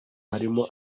harimo